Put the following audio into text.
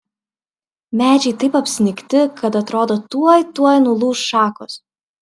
medžiai taip apsnigti kad atrodo tuoj tuoj nulūš šakos